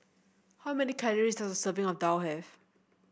how many calories does a serving of daal have